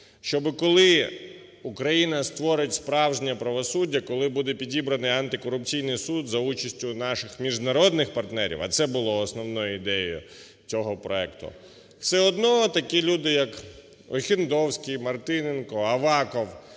Щоб коли Україна створить справжнє правосуддя, коли буде підібраний антикорупційний суд за участію наших міжнародних партнерів, а це було основною ідеєю цього проекту, все одно такі люди, як Охендовський, Мартиненко, Аваков,